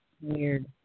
Weird